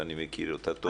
ואני מכיר אותה טוב.